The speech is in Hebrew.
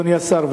אדוני השר,